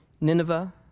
Nineveh